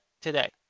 today